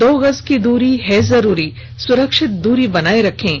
दो गज की दूरी है जरूरी सुरक्षित दूरी बनाए रखें